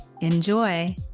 Enjoy